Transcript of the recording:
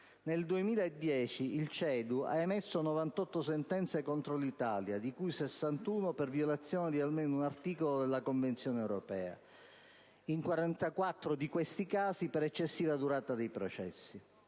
fondamentali) ha emesso 98 sentenze contro l'Italia, di cui 61 per violazione di almeno un articolo della Convenzione europea, e in 44 casi per eccessiva durata dei processi.